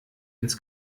ins